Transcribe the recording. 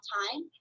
time